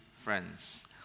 friends